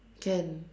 can